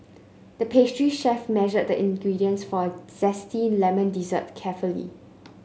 the pastry chef measured the ingredients for a zesty lemon dessert carefully